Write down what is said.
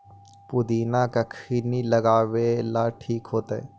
पुदिना कखिनी लगावेला ठिक होतइ?